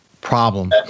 problem